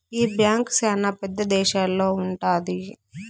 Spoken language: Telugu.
ఈ బ్యాంక్ శ్యానా పెద్ద దేశాల్లో ఉంటది